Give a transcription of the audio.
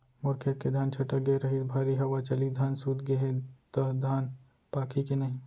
मोर खेत के धान छटक गे रहीस, भारी हवा चलिस, धान सूत गे हे, त धान पाकही के नहीं?